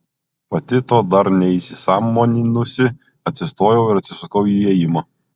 pati to dar neįsisąmoninusi atsistojau ir atsisukau į įėjimą